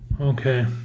Okay